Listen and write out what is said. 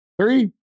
Three